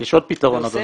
יש עוד פתרון, אדוני.